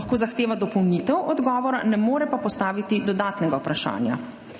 lahko zahteva dopolnitev odgovora, ne more pa postaviti dodatnega vprašanja.